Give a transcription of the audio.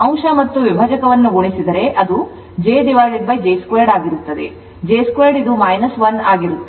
ಅಂಶ ಮತ್ತು ವಿಭಜಕವನ್ನು ಗುಣಿಸಿದರೆ ಅದು jj 2 ಆಗಿರುತ್ತದೆ j 2 ಇದು ಆಗಿರುತ್ತದೆ